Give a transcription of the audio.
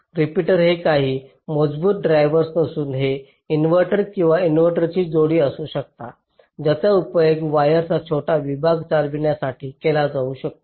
repeater हे काही मजबूत ड्रायव्हर्स नसून ते इन्व्हर्टर किंवा इनव्हर्टरची जोडी असू शकतात ज्याचा उपयोग वायर्सचा छोटा विभाग चालविण्यासाठी केला जाऊ शकतो